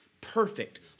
perfect